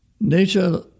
Nature